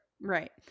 Right